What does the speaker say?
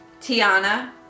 Tiana